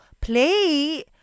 play